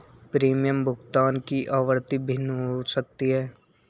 premium भुगतान की आवृत्ति भिन्न हो सकती है